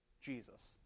Jesus